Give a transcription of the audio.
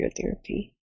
therapy